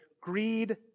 greed